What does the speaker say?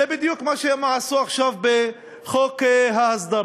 זה בדיוק מה שהם עשו עכשיו בחוק ההסדרה.